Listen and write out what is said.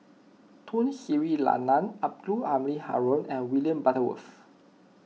Tun Sri Lanang Abdul Halim Haron and William Butterworth